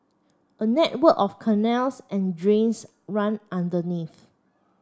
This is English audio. a network of canals and drains run underneath